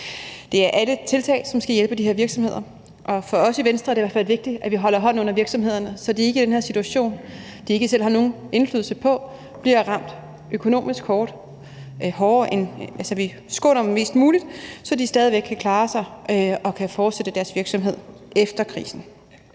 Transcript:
Det er alle tiltag, som skal hjælpe de her virksomheder, og for os i Venstre er det i hvert fald vigtigt, at vi holder hånden under virksomhederne, så de ikke i den her situation, som de ikke selv har nogen indflydelse på, bliver ramt økonomisk hårdt – altså vi skåner dem mest muligt, så de stadig væk kan klare sig og kan fortsætte deres virksomhed efter krisen.